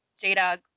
j-dog